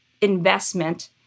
investment